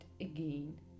again